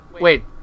Wait